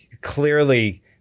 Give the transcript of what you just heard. clearly